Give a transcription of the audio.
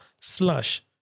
slash